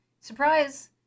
surprise